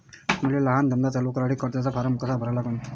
मले लहान धंदा चालू करासाठी कर्जाचा फारम कसा भरा लागन?